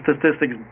statistics